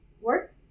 work